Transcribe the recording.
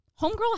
Homegirl